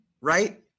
right